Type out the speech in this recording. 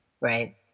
right